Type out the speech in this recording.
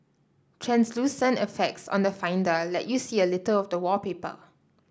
translucent effects on the Finder let you see a little of the wallpaper